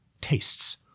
tastes